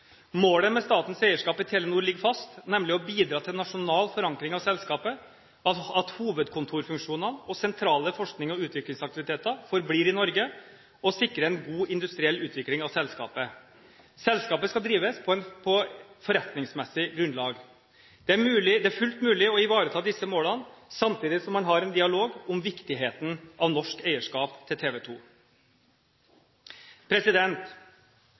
Målet med statens eierskap i Telenor ligger fast, nemlig å bidra til nasjonal forankring av selskapet, at hovedkontorfunksjonene og sentrale forsknings- og utviklingsaktiviteter forblir i Norge og sikre en god industriell utvikling av selskapet. Selskapet skal drives på forretningsmessig grunnlag. Det er fullt mulig å ivareta disse målene samtidig som man har en dialog om viktigheten av norsk eierskap til